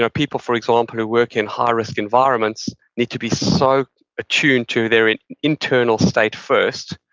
ah people, for example, who work in high risk environments need to be so attuned to their internal state first.